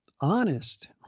honest